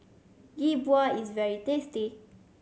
Yi Bua is very tasty